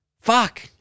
fuck